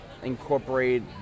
Incorporate